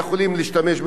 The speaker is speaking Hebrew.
וזה דבר טוב.